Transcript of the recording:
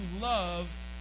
love